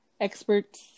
experts